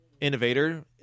Innovator